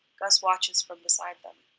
gus watches from beside them.